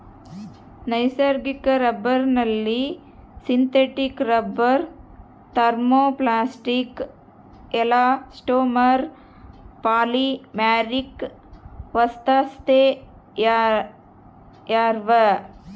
ನೈಸರ್ಗಿಕ ರಬ್ಬರ್ನಲ್ಲಿ synthetic rubber thermoplastic elastomer polymeric ವಸ್ತುಸೇರ್ಯಾವ